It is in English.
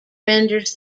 renders